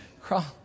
crawl